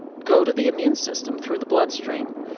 go to the immune system through the blood stream,